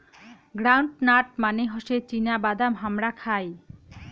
ground nut মানে হসে চীনা বাদাম হামরা খাই